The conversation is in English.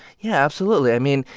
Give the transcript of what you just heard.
yeah, absolutely. i mean,